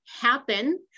happen